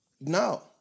no